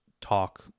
talk